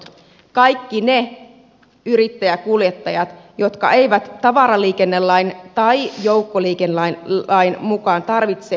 kaikki ne yrittäjäkuljettajat jotka eivät tavaraliikennelain tai joukkoliikennelain mukaan tarvitse liikennelupaa